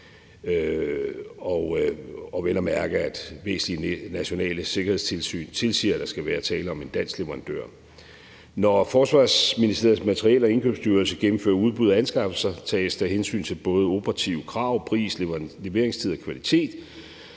det, og hvis de nationale sikkerhedstilsyn vel at mærke tilsiger, at der skal være tale om en dansk leverandør. Når Forsvarsministeriets Materiel- og Indkøbsstyrelse gennemfører udbud af anskaffelser, tages der både hensyn til operative krav som pris, leveringstid og kvalitet